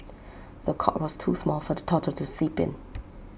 the cot was too small for the toddler to sleep in